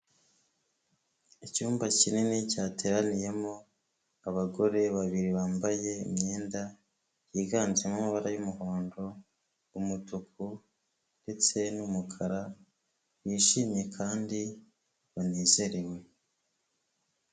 Icyumba kinini cyateraniyemo abagore babiri bambaye imyenda yiganjemo amabara y'umuhondo, umutuku ndetse n'umukara, bishimye kandi banezerewe.